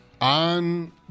on